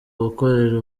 gukorera